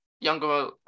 younger